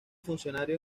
funcionario